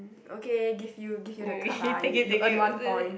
okay give you give you the card lah you you earn one point